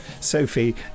Sophie